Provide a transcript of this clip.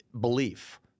belief